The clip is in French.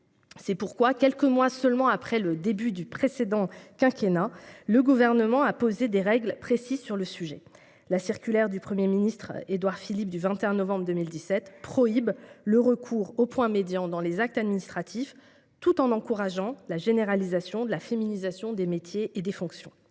le Gouvernement, quelques mois seulement après le début du précédent quinquennat, a posé des règles précises : la circulaire du Premier ministre Édouard Philippe du 21 novembre 2017 prohibe le recours au point médian dans les actes administratifs, tout en encourageant la généralisation de la féminisation des métiers et des fonctions.